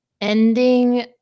ending